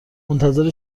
منتظر